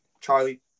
charlie